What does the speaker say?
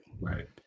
Right